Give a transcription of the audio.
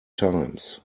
times